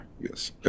Yes